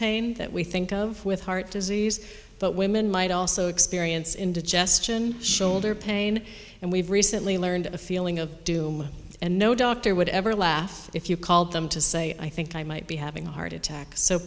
pain that we think of with heart disease but women might also experience into chest and shoulder pain and we've recently learned a feeling of doom and no doctor would ever laugh if you called them to say i think i might be having a heart attack so